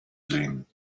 sehen